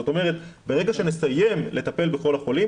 זאת אומרת ברגע שנסיים לטפל בכל החולים